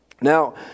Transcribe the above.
Now